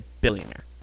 billionaire